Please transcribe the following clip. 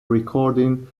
recording